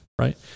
Right